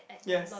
yes